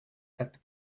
that